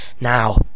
Now